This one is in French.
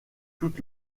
toute